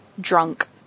drunk